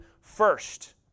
first